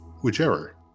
whichever